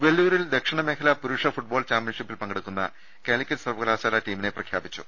വെല്ലൂരിൽ ദക്ഷിണ മേഖലാ പുരുഷ ഫുട്ബോൾ ചാംപൃൻഷിപ്പിൽ പങ്കെ ടുക്കുന്ന കാലിക്കറ്റ് സർവ്വകലാശാല ടീമിനെ പ്രഖ്യാപിച്ചു